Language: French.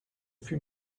fut